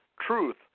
truth